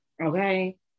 Okay